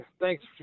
thanks